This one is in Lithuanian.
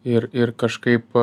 ir ir kažkaip